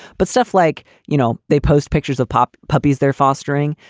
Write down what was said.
but stuff like, you know, they post pictures of pop puppies, they're fostering.